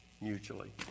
mutually